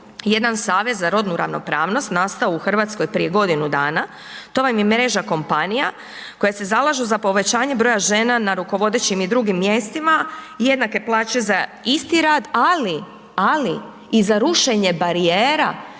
jedan Savez za rodnu ravnopravnost nastao u Hrvatskoj prije godinu dana, to vam je mreža kompanija koje se zalažu za povećanjem broja žena na rukovodećim i drugim mjestima, jednake plaće za isti rad, ali, ali i za rušenje barijera